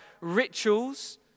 rituals